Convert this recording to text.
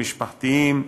משפחתיים,